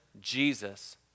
Jesus